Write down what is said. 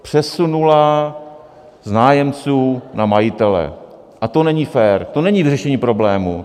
Přesunula z nájemců na majitele a to není fér, to není vyřešení problému.